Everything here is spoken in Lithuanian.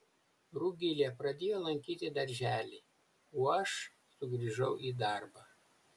rugilė pradėjo lankyti darželį o aš sugrįžau į darbą